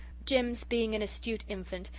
jims, being an astute infant,